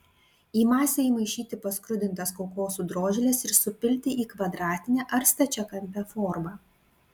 į masę įmaišyti paskrudintas kokosų drožles ir supilti į kvadratinę ar stačiakampę formą